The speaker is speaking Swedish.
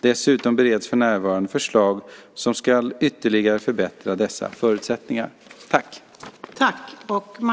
Dessutom bereds för närvarande förslag som ska förbättra dessa förutsättningar ytterligare.